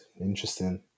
Interesting